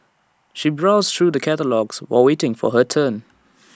she browsed through the catalogues while waiting for her turn